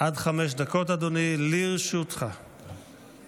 עד חמש דקות לרשותך, אדוני.